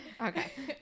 Okay